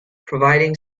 providing